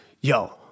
yo